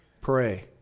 pray